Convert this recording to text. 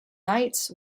nights